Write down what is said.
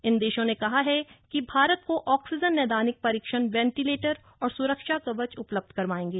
इन देशों ने कहा कि वे भारत को ऑक्सीजन नैदानिक परीक्षण वेंटिलेटर और सुरक्षा कवच उपलब्ध करायेंगे